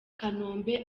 kanombe